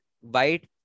white